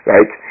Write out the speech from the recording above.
Right